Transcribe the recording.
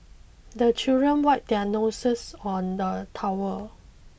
the children wipe their noses on the towel